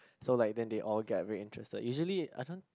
so like then they all get very interested usually I don't